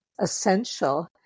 essential